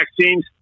vaccines